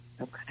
Okay